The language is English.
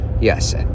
yes